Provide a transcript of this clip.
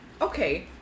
okay